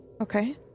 Okay